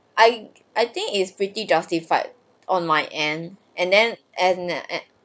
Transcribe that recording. I I think it's pretty justified on my end and then and